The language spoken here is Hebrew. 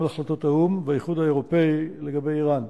להחלטות האו"ם והאיחוד האירופי לגבי אירן.